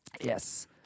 Yes